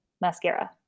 Mascara